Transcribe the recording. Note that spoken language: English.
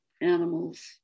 animals